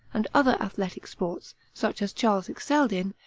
and other athletic sports, such as charles excelled in,